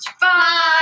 bye